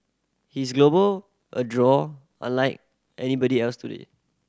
he's a global a draw unlike anybody else today